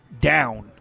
down